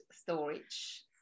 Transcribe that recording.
storage